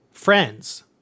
friends